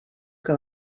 que